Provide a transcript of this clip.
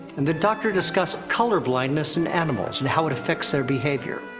and the doctor discussed colorblindness in animals, and how it affects their behavior.